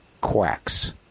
quacks